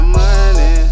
money